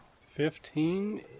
Fifteen